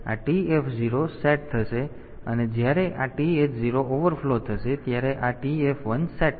તેથી આ TF0 set થશે અને જ્યારે આ TH0 ઓવરફ્લો થશે ત્યારે આ TF1 સેટ થશે